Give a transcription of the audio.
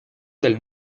del